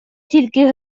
тільки